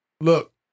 Look